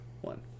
one